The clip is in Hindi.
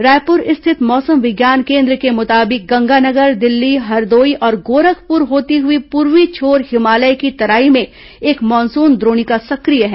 रायपुर स्थित मौसम विज्ञान केन्द्र के मुताबिक गंगानगर दिल्ली हरदोई और गोरखपुर होती हई पूर्वी छोर हिमालय की तराई में एक मानसून द्रोणिका सक्रिय है